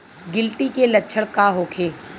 गिलटी के लक्षण का होखे?